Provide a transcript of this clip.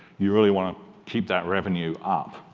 you really want to keep that revenue up.